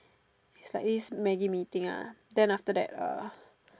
is like this Maggi Mee thing ah then after that uh